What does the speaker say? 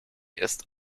ist